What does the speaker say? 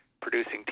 producing